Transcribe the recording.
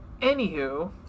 Anywho